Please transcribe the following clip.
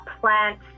plant